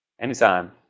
Anytime